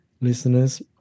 listeners